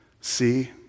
See